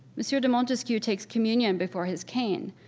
monsieur de montesquiou takes communion before his cane,